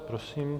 Prosím.